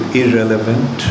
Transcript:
irrelevant